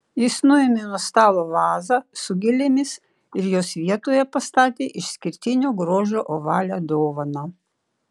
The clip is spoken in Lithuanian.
jis nuėmė nuo stalo vazą su gėlėmis ir jos vietoje pastatė išskirtinio grožio ovalią dovaną